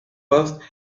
first